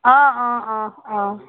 অঁ অঁ অঁ